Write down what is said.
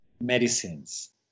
medicines